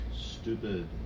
stupid